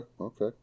okay